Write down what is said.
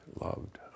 loved